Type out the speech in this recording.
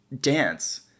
dance